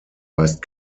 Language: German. weist